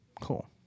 Cool